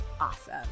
awesome